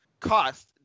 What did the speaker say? Cost